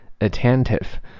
Attentive